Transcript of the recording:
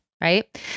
right